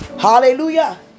Hallelujah